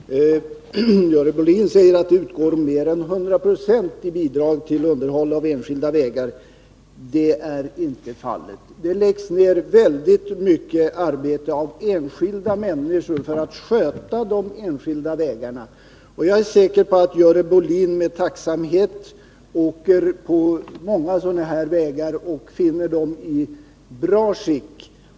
Herr talman! Görel Bohlin säger att det utgår mer än 100 96 i bidrag till underhåll av enskilda vägar. Det är inte fallet. Enskilda människor lägger ner mycket arbete för att sköta de enskilda vägarna. Och jag är säker på att Görel Bohlin med tacksamhet åker på många sådana vägar och finner dem i bra skick.